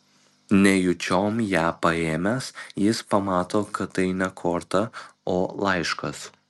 nejučiom ją paėmęs jis pamato kad tai ne korta o laiškas